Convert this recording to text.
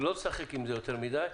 לא לשחק עם זה יותר מדי.